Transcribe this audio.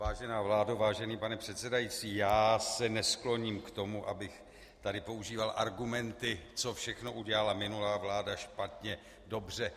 Vážená vládo, vážený pane předsedající, já se neskloním k tomu, abych tady používal argumenty, co všechno udělala minulá vláda špatně, dobře.